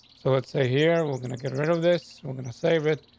so let's say here, we're gonna get rid of this. we're going to save it.